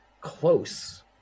close